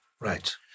Right